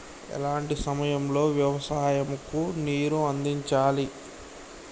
ఎలాంటి సమయం లో వ్యవసాయము కు నీరు అందించాలి?